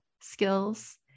skills